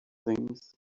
things